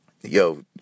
yo